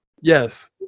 yes